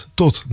tot